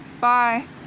Bye